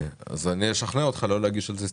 אז אני אשכנע אותך לא להגיש על זה הסתייגויות.